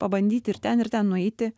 pabandyti ir ten ir ten nueiti